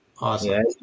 Awesome